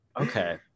okay